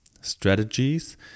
strategies